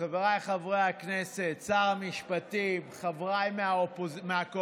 חבריי חברי הכנסת, שר המשפטים, חבריי מהקואליציה,